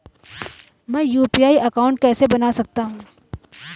मैं UPI account कैसे बना सकता हूं?